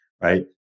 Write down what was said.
right